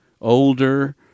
older